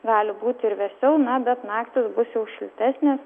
gali būti ir vėsiau na bet naktys bus jau šiltesnės